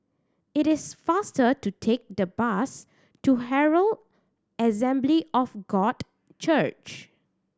it is faster to take the bus to Herald Assembly of God Church